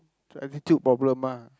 attitude problem ah